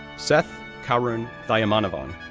seth karun thayumanavan,